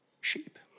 sheep